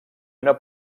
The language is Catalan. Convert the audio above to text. una